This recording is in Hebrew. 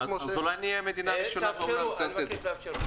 אולי נהיה המדינה הראשונה בעולם שתאפשר את זה.